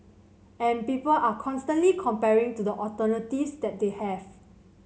and people are constantly comparing to the alternatives that they have